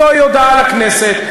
זוהי הודעה לכנסת.